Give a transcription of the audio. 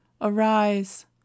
arise